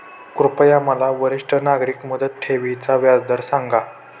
कृपया मला वरिष्ठ नागरिक मुदत ठेवी चा व्याजदर सांगा